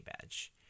badge